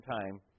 time